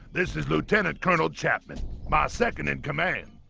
this is lieutenant colonel chapman my second-in-command